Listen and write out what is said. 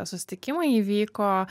susitikimai įvyko